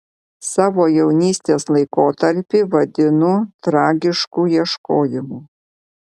savo jaunystės laikotarpį vadinu tragišku ieškojimu